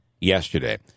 yesterday